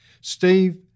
Steve